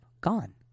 gone